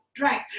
Right